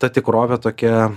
ta tikrovė tokia